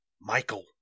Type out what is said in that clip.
Michael